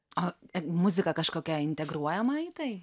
o muzika kažkokia integruojama į tai